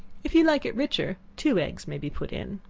if you like it richer, two eggs may be put in.